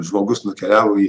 žmogus nukeliavo į